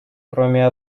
кроме